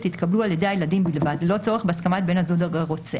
יתקבלו על ידי הילדים בלבד ללא צורך בהסכמת בן הזוג הרוצח,